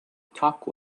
talk